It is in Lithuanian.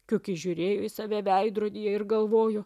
kiukis žiūrėjo į save veidrodyje ir galvojo